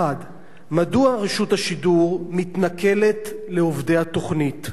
1. מדוע מתנכלת רשות השידור לעובדי התוכנית?